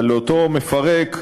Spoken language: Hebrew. אבל אותו מפרק,